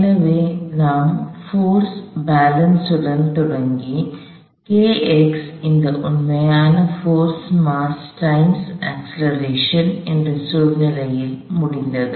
எனவே நாம் போர்ஸ் பாலன்சுடன் தொடங்கி இந்த உண்மையான போர்ஸ் மாஸ் டைம்ஸ் அக்ஸ்லெரேஷன் என்ற சூழ்நிலையில் முடிந்தது